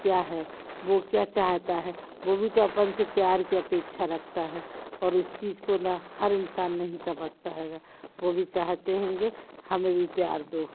क्या है वो क्या चाहता है वो भी तो अपन से प्यार की अपेक्षा रखता है और इस चीज़ को ना हर इंसान नहीं समझता हैगा वो भी चाहते हैंगे हमें भी प्यार दो